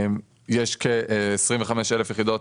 יש כ-25,000 יחידות,